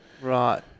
Right